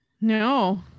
No